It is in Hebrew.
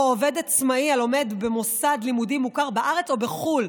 עובד עצמאי הלומד במוסד לימודים מוכר בארץ או בחו"ל,